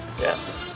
Yes